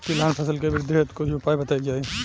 तिलहन फसल के वृद्धी हेतु कुछ उपाय बताई जाई?